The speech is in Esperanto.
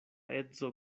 edzo